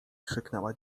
krzyknęła